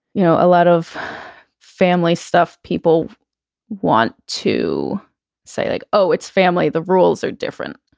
you know, a lot of families stuff people want to say like, oh, it's family. the rules are different.